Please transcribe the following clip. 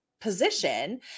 position